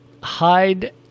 hide